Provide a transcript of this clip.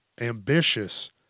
ambitious